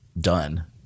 done